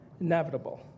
inevitable